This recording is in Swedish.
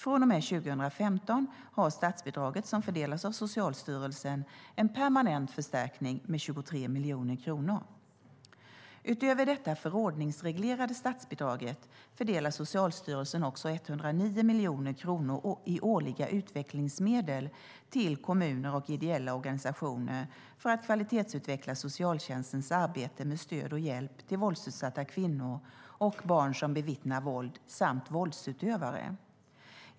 Från och med 2015 har statsbidraget, som fördelas av Socialstyrelsen, en permanent förstärkning med 23 miljoner kronor. Utöver detta förordningsreglerade statsbidrag fördelar Socialstyrelsen också 109 miljoner kronor i årliga utvecklingsmedel till kommuner och ideella organisationer för att kvalitetsutveckla socialtjänstens arbete med stöd och hjälp till våldsutsatta kvinnor och till barn som bevittnar våld samt till våldsutövare.